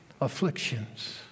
afflictions